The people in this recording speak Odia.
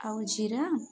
ଆଉ ଜିରା